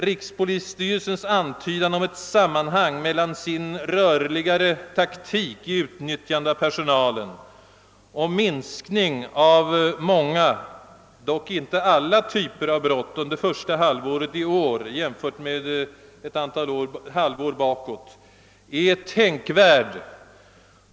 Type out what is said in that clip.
Rikspolisstyrelsens antydan om ett sammanhang mellan styrelsens rörligare taktik i utnyttjande av personalen och minskningen av många — dock inte alla — typer av brott under första halvåret i år, jämfört med ett antal halvår bakåt, är tänkvärd.